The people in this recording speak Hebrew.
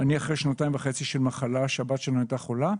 אחרי שנתיים וחצי של מחלה, שהבת שלנו הייתה חולה,